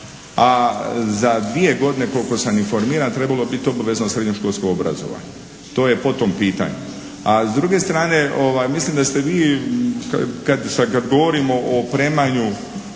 A za dvije godine koliko sam informiran trebalo bi biti obvezno srednjoškolsko obrazovanje. To je po tom pitanju. A s druge strane, mislim da ste vi kad sad govorimo o opremanju